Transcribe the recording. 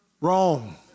Wrong